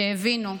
שהבינו.